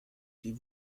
die